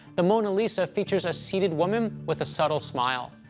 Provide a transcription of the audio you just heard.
the mona lisa features a seated woman with a subtle smile.